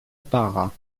parra